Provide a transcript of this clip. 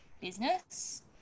business